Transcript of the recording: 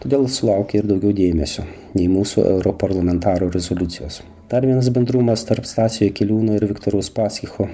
todėl sulaukia ir daugiau dėmesio nei mūsų europarlamentarų rezoliucijos dar vienas bendrumas tarp stasio jakeliūno ir viktoro uspaskicho